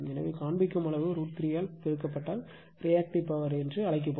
எனவே காண்பிக்கும் அளவு √ 3 ஆல் பெருக்கப்பட்டால் ரியாக்ட்டிவ் பவர் என்று அழைக்கப்படும்